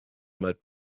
might